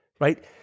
right